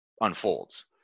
unfolds